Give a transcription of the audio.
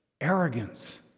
Arrogance